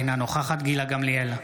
אינה נוכחת גילה גמליאל,